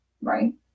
right